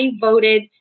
voted